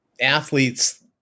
athletes